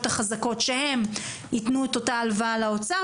החזקות שהן ייתנו את אותה הלוואה לאוצר,